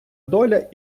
доля